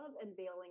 unveiling